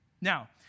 Now